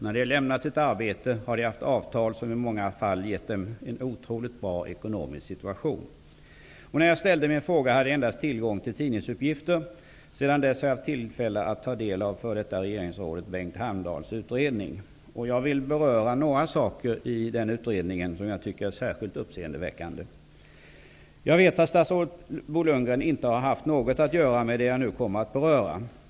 När de har lämnat sitt arbete har de haft avtal som i många fall gett dem en otroligt bra ekonomisk situation. När jag ställde min fråga hade jag tillgång endast till tidningsuppgifter. Sedan dess har jag haft tillfälle att ta del av f.d. regeringsrådet Bengt Hamdahls utredning. Jag vill beröra några saker i den utredningen som jag tycker är särskilt uppseendeväckande. Jag vet att statsrådet Bo Lundgren inte har haft något att göra med det som jag nu kommer att beröra.